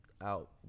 out